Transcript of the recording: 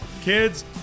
Kids